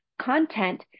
content